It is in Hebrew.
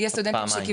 זה רשום פעמיים